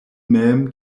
mem